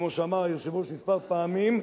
כמו שאמר היושב-ראש כמה פעמים,